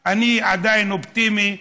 אני עדיין אופטימי,